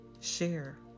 share